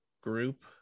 group